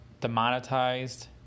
demonetized